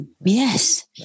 Yes